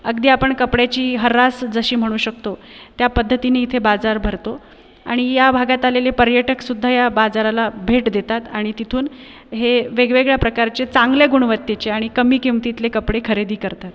अगदी आपण कपड्याची हऱ्हास जशी म्हणू शकतो त्या पद्धतीने इथे बाजार भरतो आणि या भागात आलेले पर्यटकसुद्धा या बाजाराला भेट देतात आणि तिथून हे वेगवेगळ्या प्रकारचे चांगले गुणवत्तेचे आणि कमी किंमतीतले कपडे खरेदी करतात